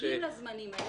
עם חריגים לזמנים האלה,